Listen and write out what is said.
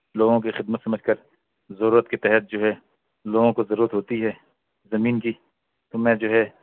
لوگوں کی خدمت سمجھ کر ضرورت کے تحت جو ہے لوگوں کو ضرورت ہوتی ہے زمین کی تو میں جو ہے